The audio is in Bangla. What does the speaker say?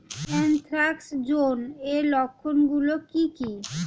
এ্যানথ্রাকনোজ এর লক্ষণ গুলো কি কি?